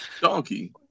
Donkey